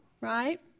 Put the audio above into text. right